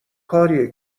کاریه